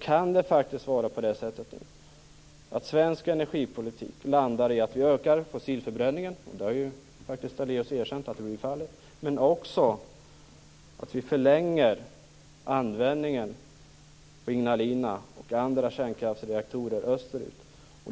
kan det faktiskt vara på det sättet att svensk energipolitik landar i att öka fossilförbränningen. Det har faktiskt Daléus erkänt blir fallet, men också att vi förlänger användningen av Ignalina och andra kärnkraftsreaktorer österut.